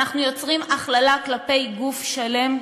ואנחנו יוצרים הכללה כלפי גוף שלם.